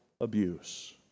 abuse